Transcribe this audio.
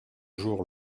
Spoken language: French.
jours